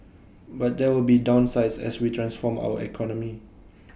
but there will be downsides as we transform our economy